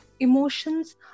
Emotions